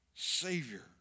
Savior